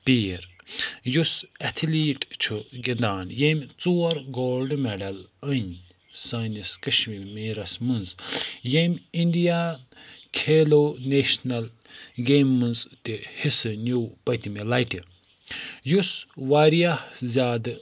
پیٖر یُس اٮ۪تھلیٖٹ چھُ گِنٛدان ییٚمۍ ژور گولڈٕ مٮ۪ڈَل أنۍ سٲنِس کَشمیٖرَس منٛز ییٚمۍ اِنٛڈِیا کھیلو نیشنَل گیمہِ منٛز تہِ حصہِ نیوٗ پٔتۍمہِ لَٹہِ یُس واریاہ زیادٕ